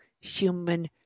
Human